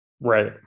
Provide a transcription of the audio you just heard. Right